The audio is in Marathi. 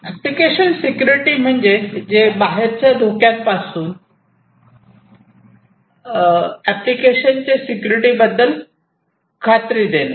एप्लीकेशन सिक्युरिटी म्हणजे जे बाहेर च्या धोक्यांपासून डोक्यात पासून एप्लीकेशन चे सिक्युरिटी बद्दल खात्री देणे